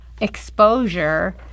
exposure